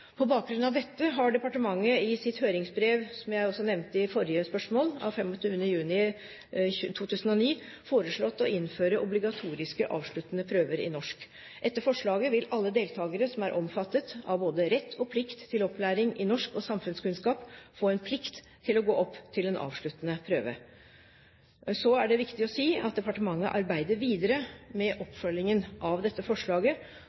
På bakgrunn av dette har departementet i sitt høringsbrev av 25. juni 2009, som jeg også nevnte i forbindelse med forrige spørsmål, foreslått å innføre obligatoriske avsluttende prøver i norsk. Etter forslaget vil alle deltakere som er omfattet av både retten og plikten til opplæring i norsk og samfunnskunnskap, få en plikt til å gå opp til en avsluttende prøve. Så er det viktig å si at departementet arbeider videre med oppfølgingen av dette forslaget.